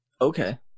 okay